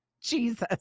Jesus